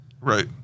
Right